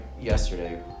yesterday